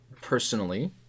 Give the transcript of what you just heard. personally